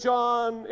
John